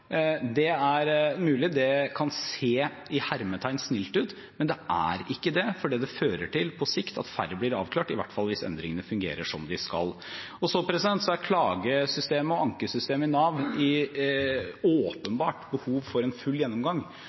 men det er ikke det, for det det fører til på sikt, er at færre blir avklart, i hvert fall hvis endringene fungerer som de skal. Så har klagesystemet i Nav åpenbart behov for en full gjennomgang.